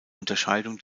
unterscheidung